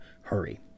hurry